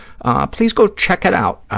please go check it out.